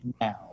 now